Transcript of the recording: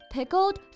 Pickled